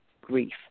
grief